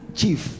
chief